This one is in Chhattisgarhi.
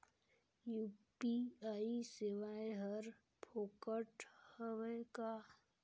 यू.पी.आई सेवाएं हर फोकट हवय का?